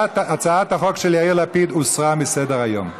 הצעת החוק של יאיר לפיד הוסרה מסדר-היום.